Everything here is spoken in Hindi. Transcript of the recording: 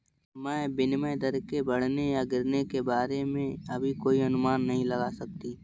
मैं विनिमय दर के बढ़ने या गिरने के बारे में अभी कोई अनुमान नहीं लगा सकती